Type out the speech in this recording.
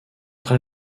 très